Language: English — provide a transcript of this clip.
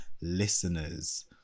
listeners